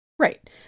Right